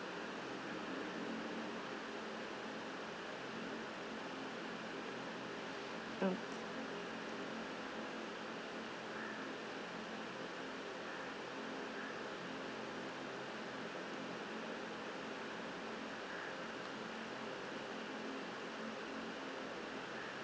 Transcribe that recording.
mm